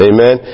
Amen